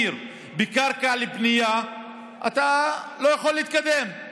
אדוני שר הפנים, לא ידעת כמה קשה עובד השר המקשר.